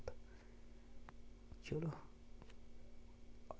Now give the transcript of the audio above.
चलो